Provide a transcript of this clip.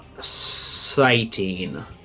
sighting